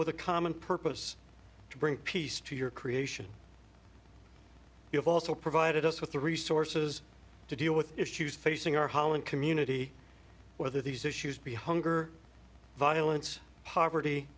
with a common purpose to bring peace to your creation you have also provided us with the resources to deal with issues facing our holland community whether these issues be hunger violence poverty